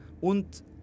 und